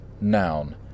noun